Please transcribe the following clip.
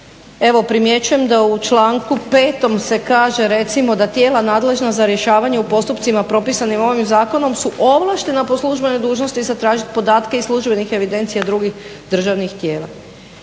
primjećujem da u članku 5. se kaže recimo da tijela nadležna za rješavanje u postupcima propisanim ovim zakonom su ovlaštena po službenoj dužnosti zatražiti podatke iz službenih evidencija i drugih državnih tijela.